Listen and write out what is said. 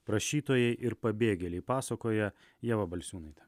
prašytojai ir pabėgėliai pasakoja ieva balčiūnaitė